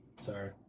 Sorry